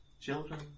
Children